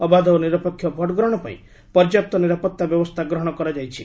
ଅବାଧ ଓ ନିରପେକ୍ଷ ଭୋଟଗ୍ରହଣପାଇଁ ପର୍ଯ୍ୟାପ୍ତ ନିରାପତ୍ତା ବ୍ୟବସ୍ଥା ଗ୍ରହଣ କରାଯାଇଛି